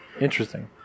Interesting